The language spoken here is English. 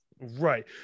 Right